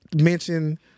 Mention